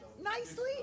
nicely